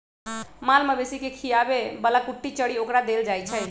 माल मवेशी के खीयाबे बला कुट्टी चरी ओकरा देल जाइ छै